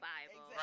Bible